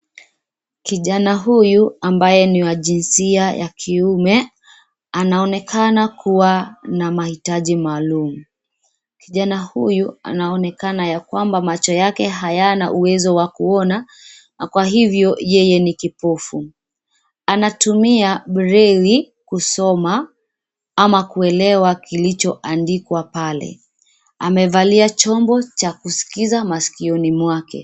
Kijana huyu ambaye ni wa jinsia ya kiume, anaonekana kuwa na mahitaji maalum. Kijana huyu anaonekana ya kwamba macho yake hayana uwezo wa kuona, na kwa hivyo yeye ni kipofu. Anatumia breli kusoma, ama kuelewa kilichoandikwa pale. Amevalia chombo cha kuskiza maskioni mwake.